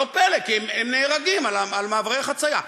לא פלא, כי הם נהרגים על מעברי חציה.